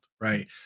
Right